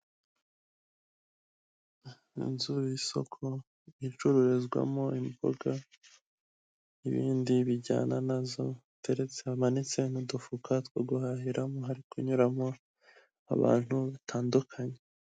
Inzu y'isoko icururizwamo imboga n'ibindi bijyana nazo ndetse hamanitse n'udufuka two guhahiramo, hari kunyuramo abantu batandukanye.